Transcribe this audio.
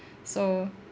so